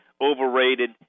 overrated